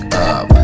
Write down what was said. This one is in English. up